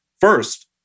first